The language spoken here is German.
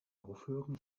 aufhören